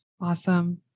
Awesome